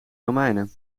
romeinen